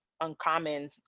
uncommon